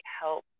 help